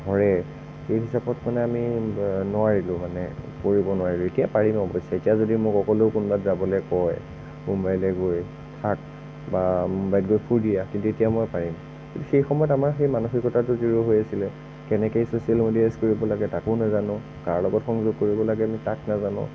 ধৰে সেই হিচাপত মানে আমি নোৱাৰিলোঁ মানে কৰিব নোৱাৰিলোঁ এতিয়া পাৰিম অৱশ্যে এতিয়া যদি মোক অকলেও ক'ৰবাত যাবলৈ কয় মুম্বাইলৈ গৈ থাক বা মুম্বাইত গৈ ফুৰি আহ কিন্তু এতিয়া মই পাৰিম সেই সময়ত আমাৰ সেই মানসিকতাটো জিৰ' হৈ আছিলে কেনেকৈ ছচিয়েল মিডিয়া ইউজ কৰিব লাগে তাকো নাজানো কাৰ লগত সংযোগ কৰিব লাগে তাক নাজানো